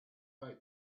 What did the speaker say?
take